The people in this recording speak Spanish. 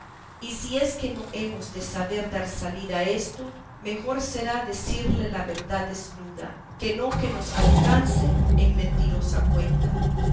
y si es que no hemos de saber dar salida a esto mejor será decirle la verdad desnuda que no que nos alcance en mentirosa cuenta